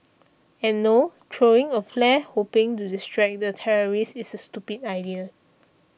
and no throwing a flare hoping to distract the terrorist is a stupid idea